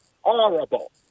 horrible